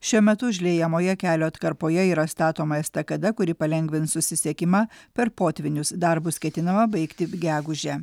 šiuo metu užliejamoje kelio atkarpoje yra statoma estakada kuri palengvins susisiekimą per potvynius darbus ketinama baigti gegužę